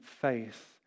faith